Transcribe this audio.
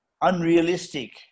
unrealistic